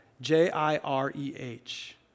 J-I-R-E-H